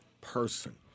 person